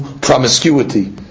promiscuity